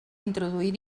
introduir